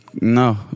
no